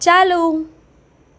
ચાલુ